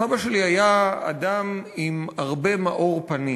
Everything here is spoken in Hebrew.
סבא שלי היה אדם עם הרבה מאור פנים,